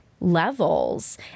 levels